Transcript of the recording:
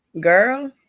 Girl